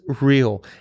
real